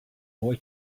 boy